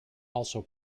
also